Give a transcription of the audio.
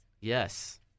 Yes